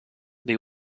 they